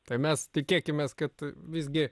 tai mes tikėkimės kad visgi